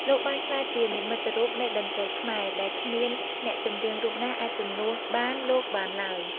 លោកបានក្លាយជានិមិត្តរូបនៃតន្ត្រីខ្មែរដែលគ្មានអ្នកចម្រៀងរូបណាអាចជំនួសបានលោកបានឡើង។